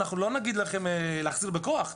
אנחנו לא נגיד לכם להחזיר בכוח.